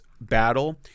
battle